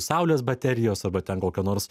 saulės baterijos arba ten kokia nors